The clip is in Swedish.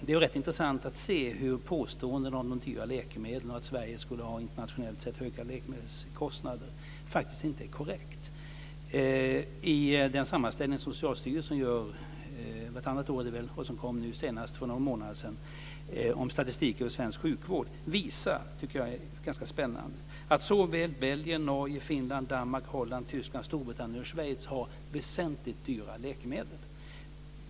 Det är rätt intressant att se hur påståendet om de dyra läkemedlen och att Sverige skulle ha internationellt sett höga läkemedelskostnader inte är korrekt. I den sammanställning som Socialstyrelsen gör vartannat år och som kom nu senast för någon månad sedan med statistik över svensk sjukvård visar det sig, vilket är ganska spännande, att såväl Belgien, Norge, Finland, Danmark, Holland, Tyskland, Storbritannien och Schweiz har väsentligt dyrare läkemedel.